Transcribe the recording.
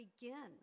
begin